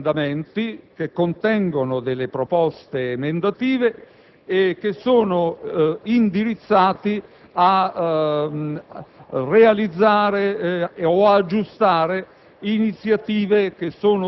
ad alcuni emendamenti che contengono delle proposte emendative e che sono indirizzati a realizzare o ad aggiustare